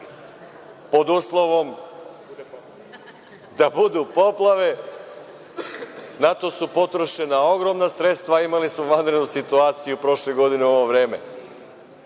pod uslovom da budu poplave, na to su potrošena ogromna sredstva. Imali smo vanrednu situaciju prošle godine u ovo vreme